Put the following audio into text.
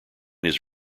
his